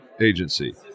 Agency